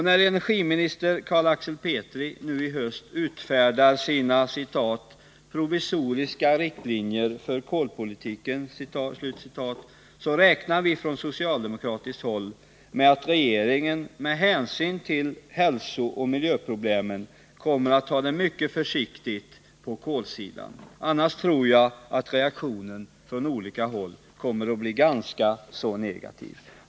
När energiminister Carl Axel Petri i höst utfärdar sina ”provisoriska riktlinjer för kolpolitiken” räknar vi från socialdemokratiskt håll med att regeringen med hänsyn till hälsooch miljöproblemen kommer att ta det mycket försiktigt på kolsidan. I annat fall tror jag att reaktionen från olika håll kommer att bli ganska negativ.